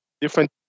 different